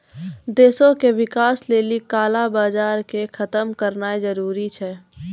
देशो के विकास लेली काला बजार के खतम करनाय जरूरी छै